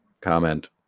comment